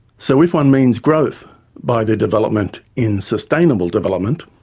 so if one means growth by the development in sustainable development,